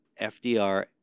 FDR